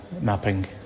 mapping